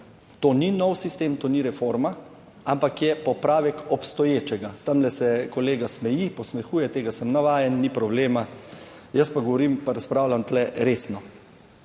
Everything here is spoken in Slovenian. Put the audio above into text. To ni nov sistem, to ni reforma, ampak je popravek obstoječega. Tamle se kolega smeji, posmehuje, tega sem navajen, ni problema, jaz pa govorim pa razpravljam tu resno,